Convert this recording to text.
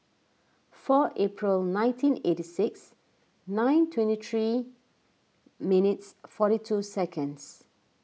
four April nineteen eighty six nine twenty three minutes forty two seconds